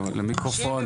הרדיו.